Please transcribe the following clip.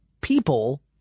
people